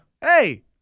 Hey